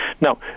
Now